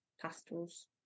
pastels